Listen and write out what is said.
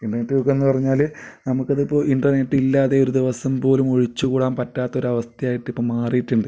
internet യുഗമെന്നു പറഞ്ഞാൽ നമുക്കത് ഇപ്പോൾ ഇൻ്റർനെറ്റ് ഇല്ലാതെ ഒരു ദിവസം പോലും ഒഴിച്ചു കൂടാൻ പറ്റാത്ത ഒരവസ്ഥയായിട്ട് ഇപ്പം മാറിയിട്ടുണ്ട്